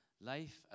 life